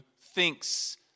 thinks